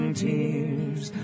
tears